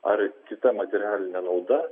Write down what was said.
ar kita materialine nauda